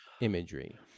imagery